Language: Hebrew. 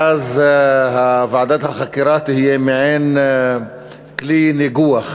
ואז ועדת החקירה תהיה מעין כלי ניגוח.